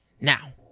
Now